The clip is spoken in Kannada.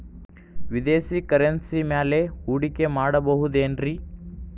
ವಿದೇಶಿ ಕರೆನ್ಸಿ ಮ್ಯಾಲೆ ಹೂಡಿಕೆ ಮಾಡಬಹುದೇನ್ರಿ?